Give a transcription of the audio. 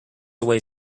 away